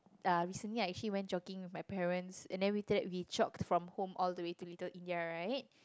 uh recently I actually went jogging with my parents and then after that we jog from home all the way to Little-India right